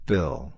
Bill